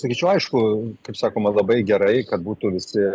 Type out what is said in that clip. sakyčiau aišku kaip sakoma labai gerai kad būtų visi